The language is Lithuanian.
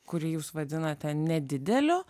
kurį jūs vadinate nedideliu